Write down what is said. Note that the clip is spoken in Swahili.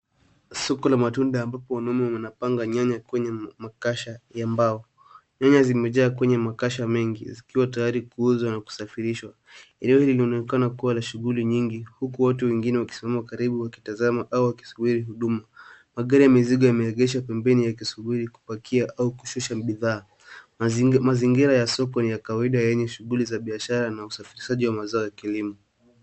Soko la matunda hapa linapanga maembe kwenye makasha. Maembe yamepangwa kwenye makasha mengi, tayari kwa kuuza au kusafirishwa. Eneo hili lina shughuli nyingi. Watu wengine wakisumu wanakaribia kuangalia au kushiriki katika shughuli za soko. Magari ya mizigo yameegeshwa pembeni ya soko kupakia au kushusha bidhaa. Mazingira ya soko yamejaa shughuli za kawaida, ikijumuisha biashara na usafirishaji wa matunda.